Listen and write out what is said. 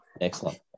Excellent